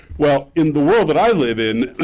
well, in the world that i live in,